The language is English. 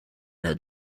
had